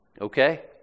Okay